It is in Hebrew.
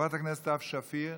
חברת הכנסת סתיו שפיר,